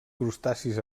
crustacis